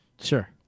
Sure